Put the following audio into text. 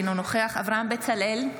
אינו נוכח אברהם בצלאל,